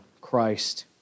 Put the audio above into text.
Christ